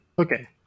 Okay